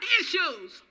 issues